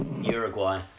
Uruguay